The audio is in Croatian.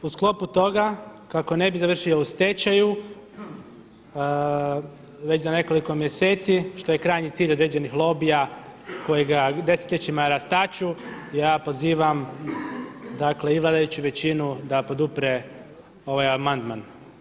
U sklopu toga kako ne bi završio u stečaju već za nekoliko mjeseci što je krajnji cilj određenih lobija koji ga desetljećima rastaču ja pozivam i vladajuću većinu da podupre ovaj amandman.